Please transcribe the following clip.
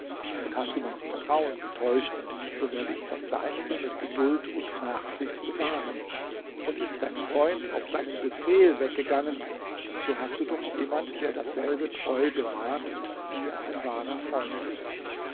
und hast du mein vertrauen getäuscht so werde ich das deinige mit geduld und nachsicht bewahren und ist dein freund auf deinen befehl weggegangen so hast du doch jemand der dasselbe treu bewahrt und dir ein wahrer freund ist